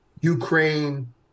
Ukraine